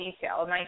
detail